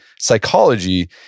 psychology